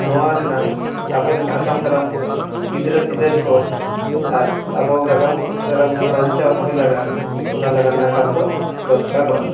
ᱱᱚᱣᱟ ᱨᱮᱱᱟᱝ ᱟᱵᱚᱨᱮᱱ ᱟᱜᱟᱢ ᱫᱟᱨᱟᱢ ᱜᱤᱫᱽᱨᱟᱹ ᱯᱤᱫᱽᱨᱟᱹ ᱠᱚ ᱟᱨ ᱟᱵᱚ ᱱᱟᱜᱟᱢ ᱫᱟᱨᱟᱢ ᱵᱟᱧᱪᱟᱣ ᱫᱚᱦᱚᱭ ᱞᱟᱜᱟᱫ ᱚᱱᱟ ᱞᱟᱜᱟᱫ ᱱᱟᱜᱟᱢ ᱫᱚ ᱫᱚᱨᱠᱟᱨᱚᱜᱼᱟ